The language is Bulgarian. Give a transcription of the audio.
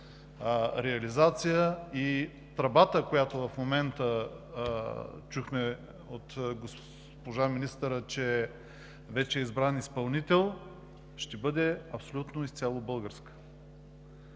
реализация. Тръбата, за която в момента чухме от госпожа министъра, че вече е избран изпълнител, ще бъде абсолютно и изцяло българска.